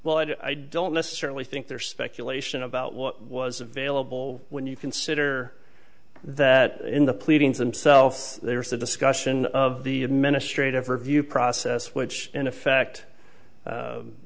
well i don't necessarily think they're speculation about what was available when you consider that in the pleadings themselves there's a discussion of the administrative review process which in effect